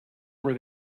were